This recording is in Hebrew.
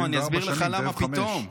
תכף 75. אני אסביר לך למה פתאום.